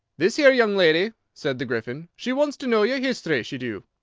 this here young lady, said the gryphon, she wants to know your history, she do.